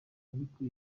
ariko